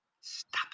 Stop